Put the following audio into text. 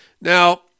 Now